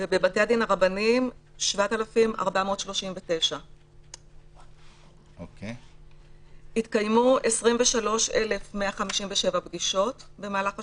ובבתי הדין הרבניים 7,439. התקיימו 23,157 פגישות במהלך השנה.